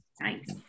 Nice